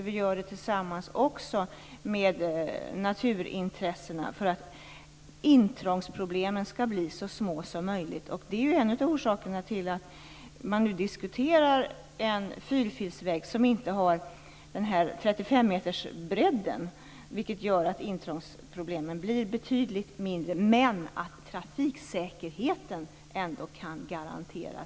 Vi gör det också tillsammans med naturintressenterna för att intrångsproblemen skall bli så små som möjligt. Det är en av orsakerna till att man nu diskuterar en fyrfilsväg som inte har 35-metersbredden. Det gör att intrångsproblemen blir betydligt mindre, men att trafiksäkerheten ändå kan garanteras.